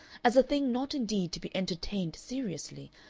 as a thing not indeed to be entertained seriously,